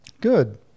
Good